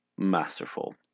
Masterful